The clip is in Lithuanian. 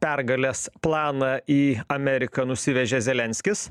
pergalės planą į ameriką nusivežė zelenskis